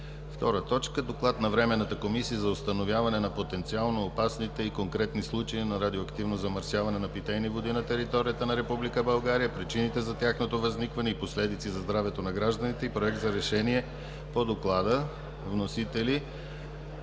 2017 г. 2. Доклад на Временната комисия за установяване на потенциално опасните и конкретни случаи на радиоактивно замърсяване на питейни води на територията на Република България, причините за тяхното възникване и последиците за здравето на гражданите и проект за решение по доклада. Вносител